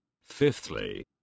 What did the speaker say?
Fifthly